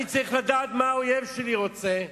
אני צריך לדעת מה האויב שלי רוצה,